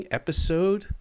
episode